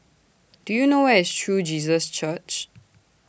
Do YOU know Where IS True Jesus Church